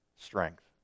strength